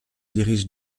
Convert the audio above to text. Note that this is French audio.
dirige